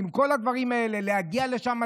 להגיע לשם,